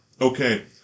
okay